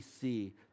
see